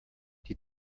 die